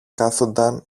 κάθουνταν